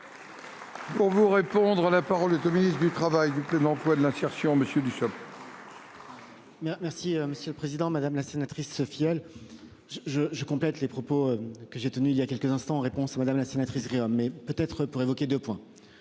Pour vous répondre à la parole était ministre du Travail, du fait de l'emploi de l'insertion, monsieur Dussopt. Merci monsieur le président, madame la sénatrice Sophie elle. Je je je complète les propos que j'ai tenu il y a quelques instants. Réponse, madame la sénatrice. Mais peut être pour évoquer de points.